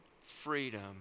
freedom